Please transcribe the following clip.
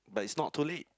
but it's not too late